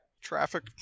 Traffic